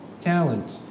talent